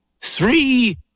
three